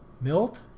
Milt